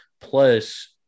plus